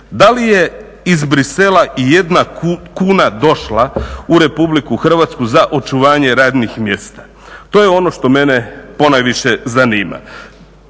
Da li je iz Bruxellesa i jedna kuna došla u Republiku Hrvatsku za očuvanje radnih mjesta. To je ono što mene ponajviše zanima.